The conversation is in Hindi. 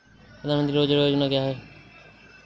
प्रधानमंत्री रोज़गार योजना क्या है?